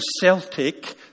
Celtic